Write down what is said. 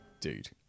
Dude